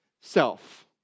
self